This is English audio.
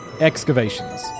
Excavations